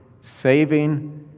saving